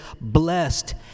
blessed